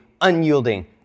unyielding